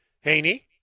Haney